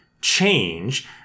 change